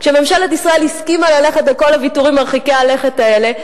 ממשלת ישראל הסכימה ללכת לכל הוויתורים מרחיקי הלכת האלה,